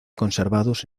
conservados